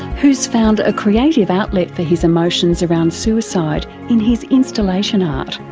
who has found a creative outlet for his emotions around suicide in his installation art.